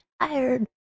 tired